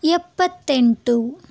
ಎಪ್ಪತ್ತೆಂಟು